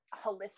holistic